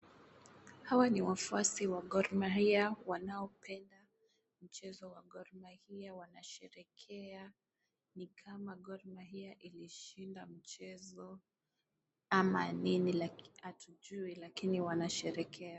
Hawa ni wafuasi wa Gor Mahia wanaopenda mchezo huo wa Gor Mahia. Wanasherekea nikama Gor Mahia ilishinda mchezo ama nini hatujui lakini wanasherekea.